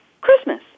Christmas